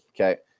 okay